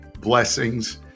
Blessings